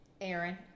Aaron